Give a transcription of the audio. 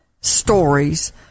stories